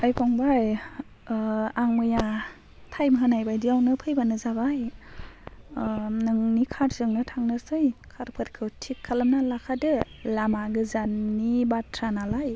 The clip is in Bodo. ओइ फंबाय आं मैया टाइम होनाय बायदियावनो फैबानो जाबाय नोंनि खारजोंनो थांनोसै खारफोरखौ थिक खालामना लाखादो लामा गोजाननि बाथ्रा नालाय